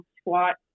squat